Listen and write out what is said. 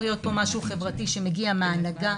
להיות פה משהו חברתי שמגיע מההנהגה,